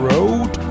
Road